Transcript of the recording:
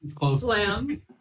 Lamb